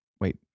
Wait